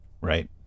Right